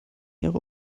ihrer